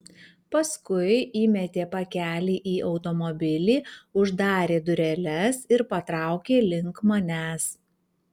paskui įmetė pakelį į automobilį uždarė dureles ir patraukė link manęs